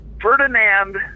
Ferdinand